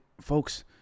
folks